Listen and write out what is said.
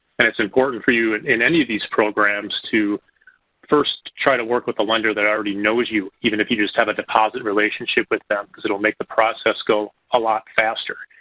and it's important for you, in any of these programs, to first try to work with a lender that already knows you, even if you just have a deposit relationship with them because it'll make the process go a lot faster.